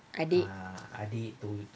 adik